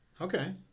Okay